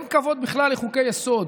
אין כבוד בכלל לחוקי-יסוד.